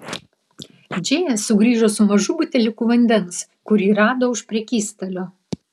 džėja sugrįžo su mažu buteliuku vandens kurį rado už prekystalio